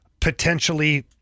potentially